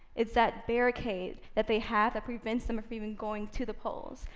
it's that barricade that they have that prevents them of even going to the polls.